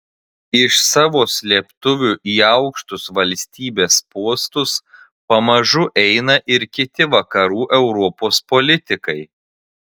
iš savo slėptuvių į aukštus valstybės postus pamažu eina ir kiti vakarų europos politikai